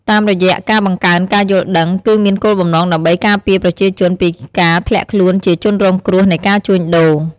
តាមរយៈការបង្កើនការយល់ដឹង គឺមានគោលបំណងដើម្បីការពារប្រជាជនពីការធ្លាក់ខ្លួនជាជនរងគ្រោះនៃការជួញដូរ។